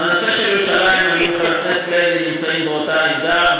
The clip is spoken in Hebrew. בנושא של ירושלים אני וחבר הכנסת לוי נמצאים באותה עמדה,